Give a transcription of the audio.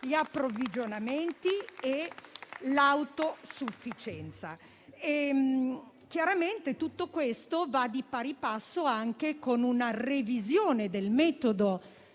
gli approvvigionamenti e l'autosufficienza. Chiaramente tutto questo va di pari passo con una revisione del metodo